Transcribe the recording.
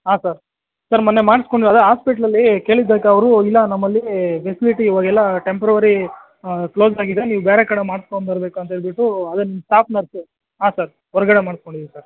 ಹಾಂ sir sir ಮೊನ್ನೆ ಮಾಡಿಸ್ಕೊಂಡ್ವಲ್ಲ ಆಸ್ಪೆಟ್ಲಲ್ಲಿ ಕೇಳಿದ್ದಕ್ಕೆ ಅವರು ಇಲ್ಲ ನಮ್ಮಲ್ಲಿ ಫೆಸ್ಲಿಟಿ ಇವಾಗೆಲ್ಲ ಟೆಂಪ್ರವರಿ ಕ್ಲೋಸ್ ಆಗಿದೆ ನೀವು ಬೇರೆ ಕಡೆ ಮಾಡಿಸ್ಕೊಂಬರ್ಬೇಕು ಅಂಥೇಳ್ಬಿಟ್ಟು ಅದೇ ನಿಮ್ಮ ಸ್ಟಾಫ್ ನರ್ಸ್ ಹಾಂ ಸರ್ ಹೊರಗಡೆ ಮಾಡಿಸ್ಕೊಂಡಿದಿವಿ ಸರ್